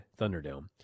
Thunderdome